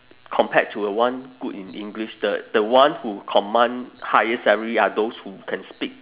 compared to a one good in english the the one who command higher salary are those who can speak